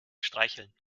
streicheln